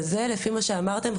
וזה לפי מה שאמרתם,